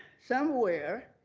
somewhere,